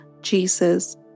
Jesus